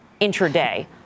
intraday